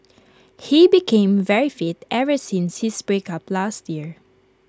he became very fit ever since his breakup last year